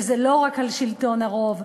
שזה לא רק על שלטון הרוב.